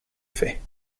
fait